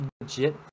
legit